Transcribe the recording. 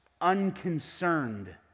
unconcerned